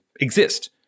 exist